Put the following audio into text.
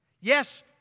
Yes